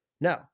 No